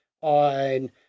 on